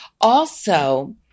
Also-